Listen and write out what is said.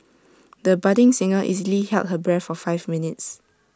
the budding singer easily held her breath for five minutes